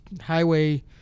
Highway